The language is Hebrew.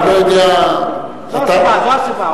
אני לא יודע, זו הסיבה, זו הסיבה.